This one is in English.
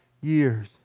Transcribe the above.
years